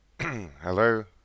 Hello